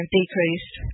decreased